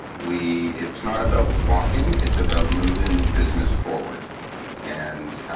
we it's not about blocking. it's about moving business forward and